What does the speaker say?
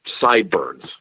sideburns